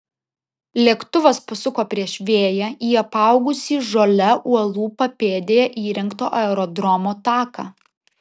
lėktuvas pasuko prieš vėją į apaugusį žole uolų papėdėje įrengto aerodromo taką